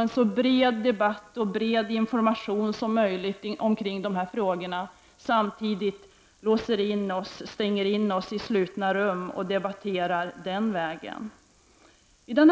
en så bred debatt och bred information som möjligt i de här frågorna samtidigt som vi stänger in oss i slutna rum och debatterar på det sättet.